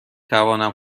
توانم